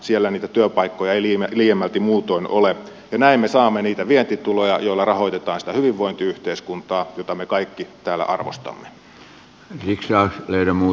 siellä niitä työpaikkoja ei liiemmälti muutoin ole ja näin me saamme niitä vientituloja joilla rahoitetaan sitä hyvinvointiyhteiskuntaa jota me kaikki täällä arvostamme